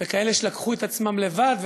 וכאלה שלקחו את עצמם לבד,